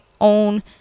own